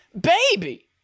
baby